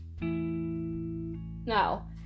Now